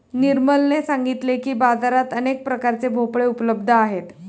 निर्मलने सांगितले की, बाजारात अनेक प्रकारचे भोपळे उपलब्ध आहेत